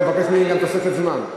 הוא מבקש ממני גם תוספת זמן,